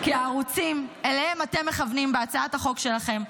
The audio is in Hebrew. -- כי הערוצים שאליהם אתם מכוונים בהצעת החוק שלכם,